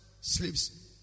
sleeps